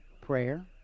prayer